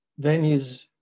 venues